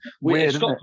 weird